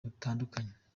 butandukanye